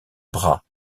bras